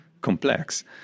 complex